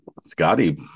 Scotty